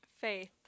Faith